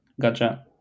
gotcha